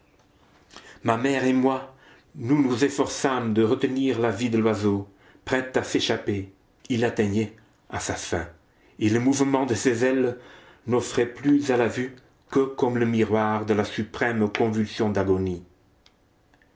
ma mère et moi nous nous efforçâmes de retenir la vie de l'oiseau prête à s'échapper il atteignait à sa fin et le mouvement de ses ailes ne s'offrait plus à la vue que comme le miroir de la suprême convulsion d'agonie